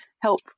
help